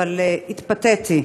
אבל התפתיתי,